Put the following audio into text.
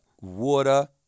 water